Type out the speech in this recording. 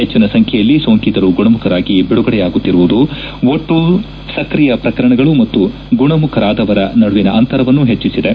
ಹೆಚ್ಚಿನ ಸಂಬ್ಲೆಯಲ್ಲಿ ಸೋಂಕಿತರು ಗುಣಮುಖರಾಗಿ ಬಿಡುಗಡೆಯಾಗುತ್ತಿರುವುದು ಒಟ್ಟು ಸಕ್ರಿಯ ಪ್ರಕರಣಗಳು ಮತ್ತು ಗುಣಮುಖರಾದವರ ನಡುವಿನ ಅಂತರವನ್ನು ಹೆಚ್ಚಿಸಿದೆ